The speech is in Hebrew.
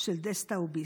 של דסטאו ביסט?